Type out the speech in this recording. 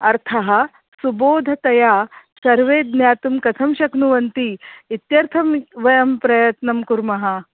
अर्थं सुबोधतया सर्वे ज्ञातुं कथं शक्नुवन्ति इत्यर्थं वयं प्रयत्नं कुर्मः